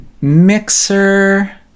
mixer